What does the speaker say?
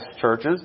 churches